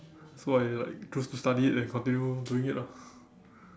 so I like choose to study it and continue doing it lah